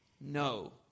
No